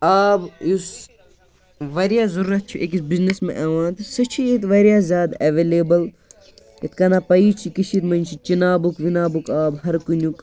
آب یُس واریاہ ضرورَت چھُ أکِس بِزنٮ۪س مین یِوان تہٕ سُہ چھُ ییٚتہِ واریاہ زیاد ایٚولیبٕل یِتھ کٔنیٚتھ پَیی چھِ کٔشیٖر مَنٛز چھُ چِنابُک وِنابُک آب ہَر کُنیُک